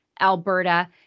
Alberta